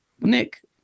nick